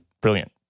Brilliant